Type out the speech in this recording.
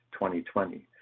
2020